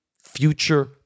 future